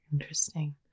interesting